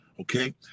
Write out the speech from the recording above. okay